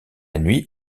nuit